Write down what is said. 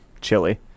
chili